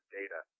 data